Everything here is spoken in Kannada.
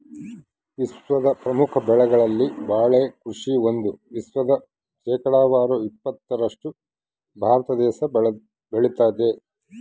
ವಿಶ್ವದ ಪ್ರಮುಖ ಬೆಳೆಗಳಲ್ಲಿ ಬಾಳೆ ಕೃಷಿ ಒಂದು ವಿಶ್ವದ ಶೇಕಡಾವಾರು ಇಪ್ಪತ್ತರಷ್ಟು ಭಾರತ ದೇಶ ಬೆಳತಾದ